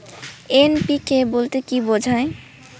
NPK বলতে কী বোঝায়?